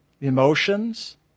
emotions